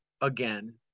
again